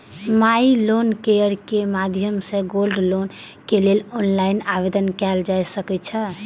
माइ Loan Care के माध्यम सं गोल्ड लोन के लेल ऑनलाइन आवेदन कैल जा सकै छै